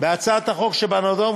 בהצעת החוק שבנדון,